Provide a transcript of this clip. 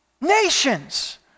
Nations